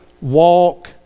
walk